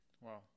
Wow